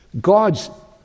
God's